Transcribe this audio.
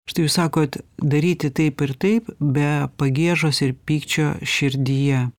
štai jūs sakot daryti taip ir taip be pagiežos ir pykčio širdyje